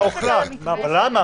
למה?